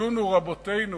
ילמדונו רבותינו